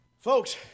Folks